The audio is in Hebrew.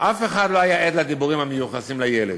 אף אחד לא היה עד לדיבורים המיוחסים לילד.